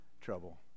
trouble